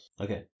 Okay